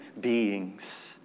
beings